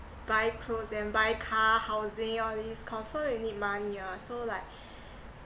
buy clothes then buy car housing all these confirm you need money ah so like